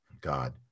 God